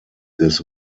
des